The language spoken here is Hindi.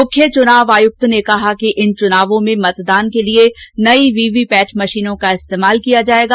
मुख्य चुनाव आयुक्त ने कहा कि इन चुनावों में मतदान के लिए नयी वी वी पैट मशीनों का इस्तेमाल किया जाएगा